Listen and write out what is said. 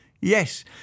yes